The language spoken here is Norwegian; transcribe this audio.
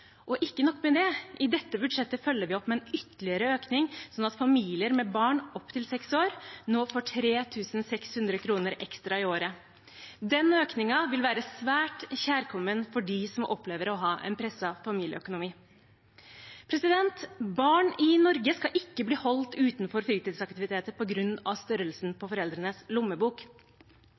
år. Ikke nok med det – i dette budsjettet følger vi opp med en ytterligere økning, sånn at familier med barn opp til seks år nå får 3 600 kr ekstra i året. Den økningen vil være svært kjærkommen for dem som opplever å ha en presset familieøkonomi. Barn i Norge skal ikke bli holdt utenfor fritidsaktiviteter på grunn av størrelsen på foreldrenes lommebok.